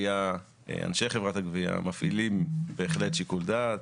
ואנשי חברת הגבייה בהחלט מפעילים שיקול דעת.